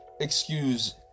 excuse